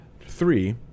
Three